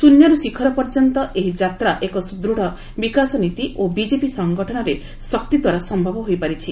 ଶ୍ରନ୍ୟରୁ ଶିଖର ପର୍ଯ୍ୟନ୍ତ ଏହି ଯାତ୍ରା ଏକ ସୁଦୃତ୍ ବିକାଶ ନୀତି ଓ ବିଜେପି ସଂଗଠନରେ ଶକ୍ତି ଦ୍ୱାରା ସମ୍ଭବ ହୋଇପାରିଛି